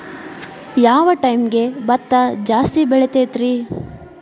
ಯಾವ ಟೈಮ್ಗೆ ಭತ್ತ ಜಾಸ್ತಿ ಬೆಳಿತೈತ್ರೇ?